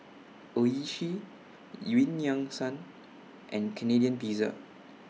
Oishi EU Yan Sang and Canadian Pizza